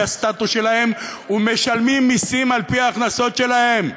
הסטטוס שלהם ומשלמים מסים על-פי ההכנסות שלהם.